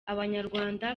abanyarwanda